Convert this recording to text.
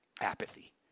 apathy